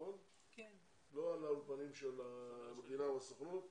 לא על האולפנים של המדינה או הסוכנות.